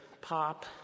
pop